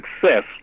success